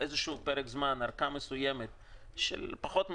צריך פרק זמן של ארכה מסוימת פחות משנה,